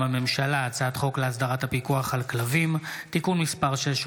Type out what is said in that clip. הצעת חוק אומנה לילדים (תיקון מס' 6)